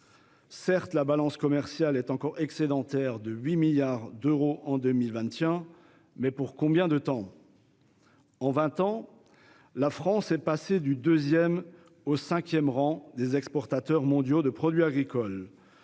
Certes, la balance commerciale est encore excédentaire de 8 milliards d'euros en 2021, mais pour combien de temps ?... En vingt ans, la France est passée du deuxième au cinquième rang des exportateurs mondiaux de produits agricoles.